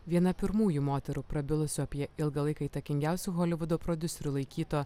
viena pirmųjų moterų prabilusių apie ilgą laiką įtakingiausiu holivudo prodiuseriu laikyto